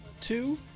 two